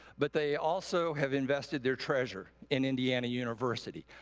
but they also have invested their treasure in indiana university.